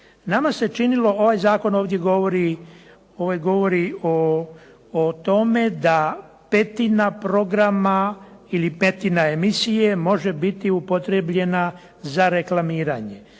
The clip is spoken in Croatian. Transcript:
Nama se činilo, ovaj zakon ovdje govori o tome da petina programa ili petina emisije može biti upotrijebljena za reklamiranje.